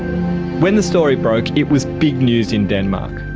when the story broke, it was big news in denmark.